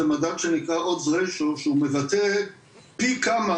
זה מדד שנקרא Odds Ratio שהוא מבטא פי כמה